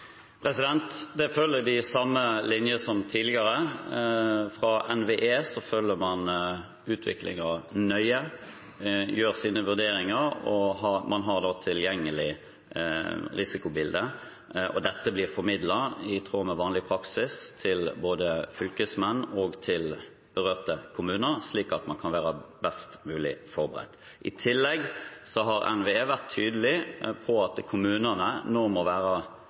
Det følger de samme linjer som tidligere. I NVE følger man utviklingen nøye, gjør sine vurderinger og har tilgjengelig risikobilde, og dette blir formidlet, i tråd med vanlig praksis, både til fylkesmenn og til de berørte kommuner, slik at man kan være best mulig forberedt. I tillegg har NVE vært tydelig på at kommunene nå må være